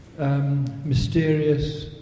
Mysterious